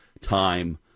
time